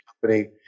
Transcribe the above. company